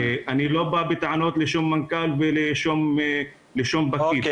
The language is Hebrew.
אני לא בא בטענות לשום מנכ"ל ולשום פקיד.